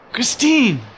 Christine